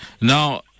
now